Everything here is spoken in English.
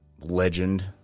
legend